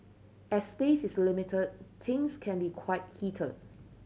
as space is limited things can be quite heated